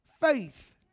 Faith